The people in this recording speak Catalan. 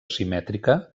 simètrica